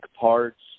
parts